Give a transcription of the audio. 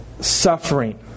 suffering